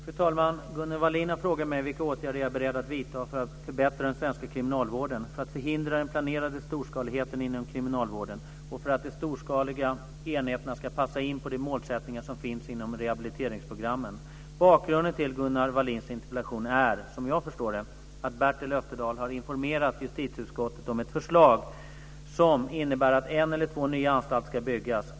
Fru talman! Gunnel Wallin har frågat mig vilka åtgärder jag är beredd att vidta för att förbättra den svenska kriminalvården, för att förhindra den planerade storskaligheten inom kriminalvården och för att de storskaliga enheterna ska passa in på de målsättningar som finns inom rehabiliteringsprogrammen. Bakgrunden till Gunnel Wallins interpellation är - som jag förstår det - att Bertel Österdahl har informerat justitieutskottet om ett förslag som innebär att en eller två nya anstalter ska byggas.